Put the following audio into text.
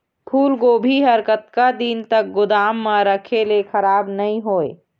फूलगोभी हर कतका दिन तक गोदाम म रखे ले खराब नई होय?